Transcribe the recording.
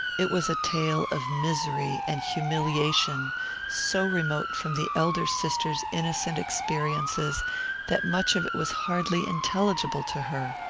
it was a tale of misery and humiliation so remote from the elder sister's innocent experiences that much of it was hardly intelligible to her.